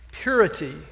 purity